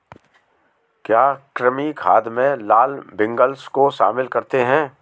क्या कृमि खाद में लाल विग्लर्स को शामिल करते हैं?